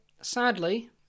sadly